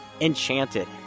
Enchanted